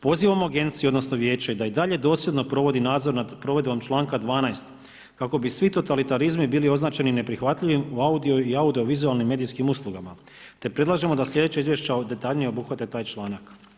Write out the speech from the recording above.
Pozivamo agenciju odnosno vijeće da i dalje dosljedno provodi nadzor nad provedbom članka 12. kako bi svi totalitarizmi bili označeni neprihvatljivim u audio i audio vizualnim medijskim uslugama te predlažemo da sljedeća izvješća detaljnije obuhvate taj članak.